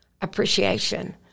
appreciation